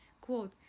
quote